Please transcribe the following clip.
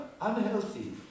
unhealthy